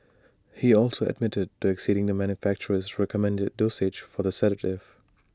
he also admitted to exceeding the manufacturer's recommended dosage for the sedative